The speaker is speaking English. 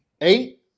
Eight